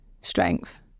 strength